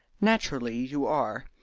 naturally you are.